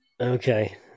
Okay